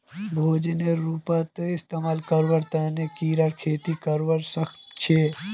भोजनेर रूपत इस्तमाल करवार तने कीरा खेती करवा सख छे